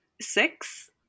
six